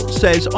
says